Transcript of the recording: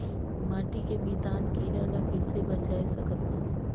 माटी के मितान कीरा ल कइसे बचाय सकत हन?